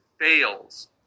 fails